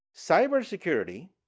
Cybersecurity